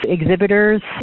exhibitors